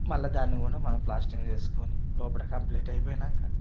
మళ్ళా దాన్ని కూడా మనం ప్లాస్టరింగ్ చేసుకొని లోపల కంప్లీట్ అయిపోయినాక